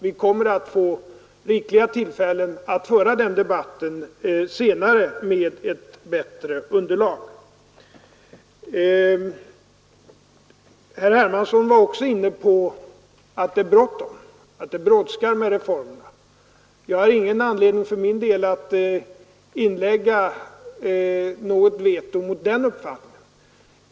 Vi kommer att få rikliga tillfällen att föra den debatten senare med ett bättre underlag. Herr Hermansson framhöll också att det brådskar med reformerna. Jag har ingen anledning för min del att inlägga något veto mot den uppfattningen.